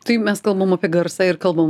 tai mes kalbam apie garsą ir kalbam